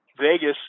Vegas